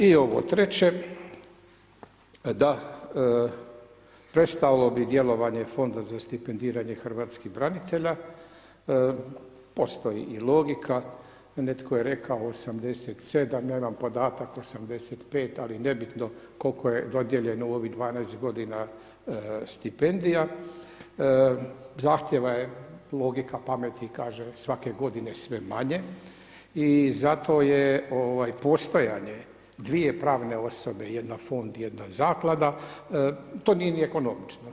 I ovo treće, da prestalo bi djelovanje fonda za stipendiranje hrvatskih branitelja, postoji i logika netko je rekao 87, ja imam podatak 85 ali nebitno koliko je dodijeljeno u ovih 12 g. stipendija, zahtjeva je logika pameti, kaže svake godine sve manje i zato je postojanje 2 pravne osobe, jedan fond jedna zaklada, to nije ni ekonomično.